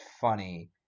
funny